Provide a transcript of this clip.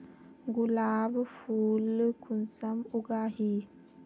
गुलाब फुल कुंसम उगाही?